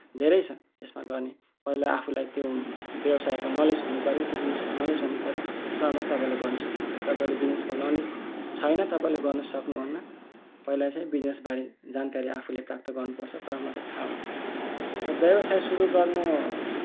धेरै छ यसमा गर्ने पहिला आफूलाई त्यो व्यवसायको नलेज हुनुपऱ्यो बिजनेसको नलेज हुनुपऱ्यो तब मात्रै तपाईँले गर्न सक्नुहुन्छ तपाईँले बिजनेसको नलेज छैन तपाईँले गर्न सक्नुहुन्न पहिला चाहिँ बिजनेसबारे जानकारी आफूले प्राप्त गर्नुपर्छ तब मात्रै थाहा हुन्छ र व्यवसाय सुरु गर्नु